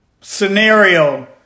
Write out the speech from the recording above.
scenario